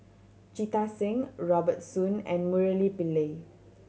Jita Singh Robert Soon and Murali Pillai